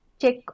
check